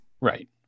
right